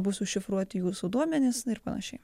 bus užšifruoti jūsų duomenys na ir panašiai